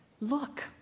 Look